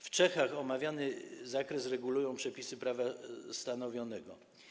W Czechach omawiany zakres regulują przepisy prawa stanowionego.